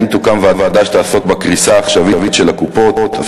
האם תוקם ועדה שתעסוק בקריסה העכשווית של הקופות,